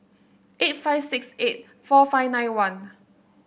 eight five six eight four five nine one